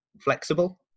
flexible